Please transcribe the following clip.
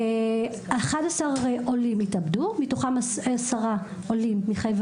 11 עולים התאבדו מתוכם עשרה עולים מחבר